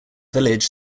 village